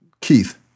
Keith